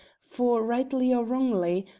for, rightly or wrongly,